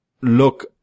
look